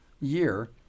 year